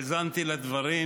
האזנתי לדברים,